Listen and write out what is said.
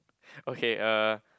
okay uh